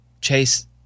Chase